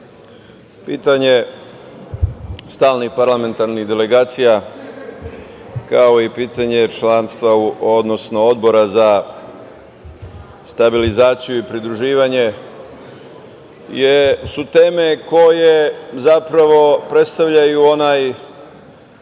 pitanje stalnih parlamentarnih delegacija, kao i pitanje članstva, odnosno Odbora za stabilizaciju i pridruživanje su teme koje zapravo predstavljaju onaj